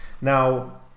Now